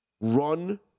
run